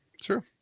Sure